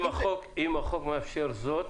אם החוק מאפשר זאת,